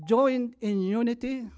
join in unity